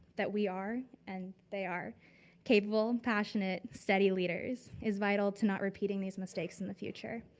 that we are and they are capable and passionate study leaders is vital to not repeating this mistakes in the future.